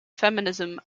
feminism